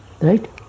Right